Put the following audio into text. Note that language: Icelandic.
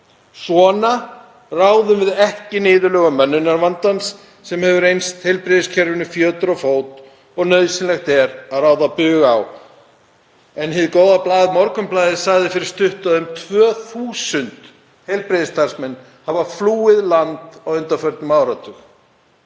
Svona ráðum við ekki niðurlögum mönnunarvandans sem hefur reynst heilbrigðiskerfinu fjötur um fót og nauðsynlegt er að ráða bug á. Hið góða blað Morgunblaðið sagði fyrir stuttu að um 2.000 heilbrigðisstarfsmenn hefðu flúið land á undanförnum áratug.